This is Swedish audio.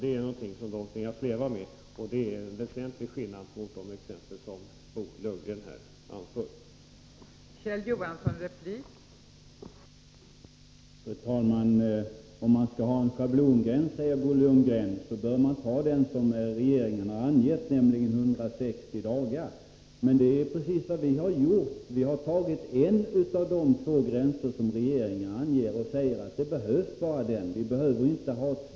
Det är någonting som han tvingas leva med, och det är en väsentlig skillnad jämfört med förhållandena för dem som Bo Lundgren här anför som exempel.